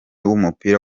w’umupira